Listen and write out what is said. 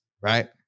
right